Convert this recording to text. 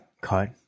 cut